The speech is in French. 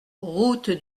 route